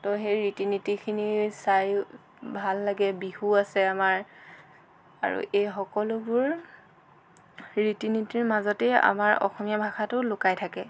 তো সেই ৰীতি নীতিখিনি চাই ভাল লাগে বিহু আছে আমাৰ আৰু এই সকলোবোৰ ৰীতি নীতিৰ মাজতেই আমাৰ অসমীয়া ভাষাটো লুকাই থাকে